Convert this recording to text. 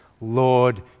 Lord